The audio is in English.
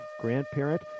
grandparent